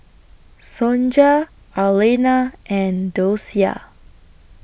Sonja Arlena and Docia